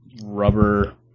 rubber